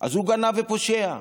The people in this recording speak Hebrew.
אז הוא גנב ופושע.